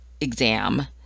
exam